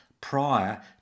prior